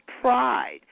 pride